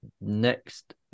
next